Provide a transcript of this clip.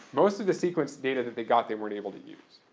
most of the sequence data that they got, they weren't able to use.